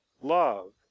love